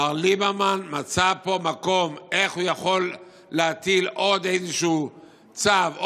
מר ליברמן מצא פה מקום איך הוא יכול להטיל עוד איזשהו צו,